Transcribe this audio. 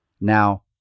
Now